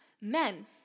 Men